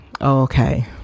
Okay